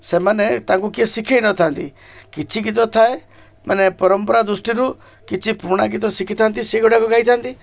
ସେମାନେ ତାଙ୍କୁ କିଏ ଶିଖେଇ ନଥାନ୍ତି କିଛି ଗୀତ ଥାଏ ମାନେ ପରମ୍ପରା ଦୃଷ୍ଟିରୁ କିଛି ପୁରୁଣା ଗୀତ ଶିଖିଥାନ୍ତି ସେଗୁଡ଼ାକୁ ଗାଇଥାନ୍ତି